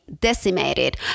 decimated